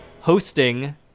hosting